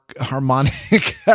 harmonic